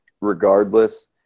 regardless